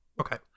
Okay